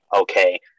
okay